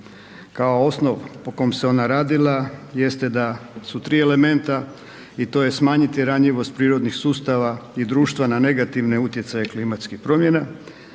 kao osnov po kom se ona radila jeste da su tri elementa i to je smanjiti ranjivost prirodnih sustava i društva na negativne utjecaje klimatskih promjena,